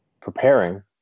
preparing